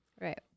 Right